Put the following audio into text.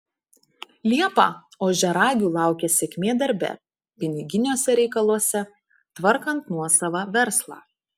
liepą ožiaragių laukia sėkmė darbe piniginiuose reikaluose tvarkant nuosavą verslą